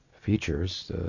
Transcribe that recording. features